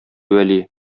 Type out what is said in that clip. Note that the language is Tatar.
вәли